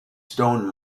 stone